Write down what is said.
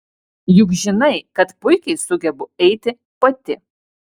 juk žinai kad puikiai sugebu eiti pati